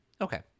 Okay